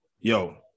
Yo